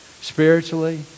spiritually